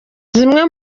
zimwe